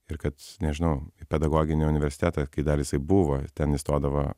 ir kad nežinau į pedagoginį universitetą kai dar jisai buvo ten įstodavo